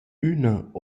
üna